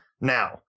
Now